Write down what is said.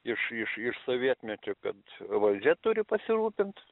iš iš iš sovietmečio kad valdžia turi pasirūpint